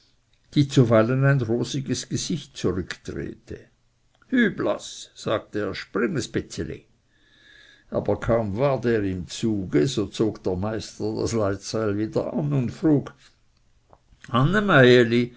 die zuweilen ein rosiges gesicht zurückdrehte hü blaß sagte er spring es bitzeli aber kaum war der im zuge so zog der meister das leitseil wieder an und frug